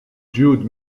jude